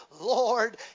Lord